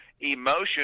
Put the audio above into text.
emotion